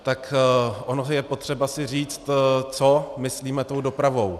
Tak ono je potřeba si říct, co myslíme tou dopravou.